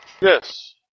Yes